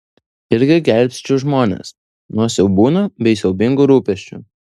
irgi gelbsčiu žmones nuo siaubūnų bei siaubingų rūpesčių